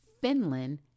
Finland